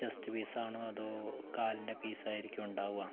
chest പീസാണോ അതോ കാലിൻ്റെ പീസായിരിക്കോ ഉണ്ടാവുക